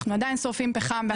אנחנו עדיין שורפים פחם.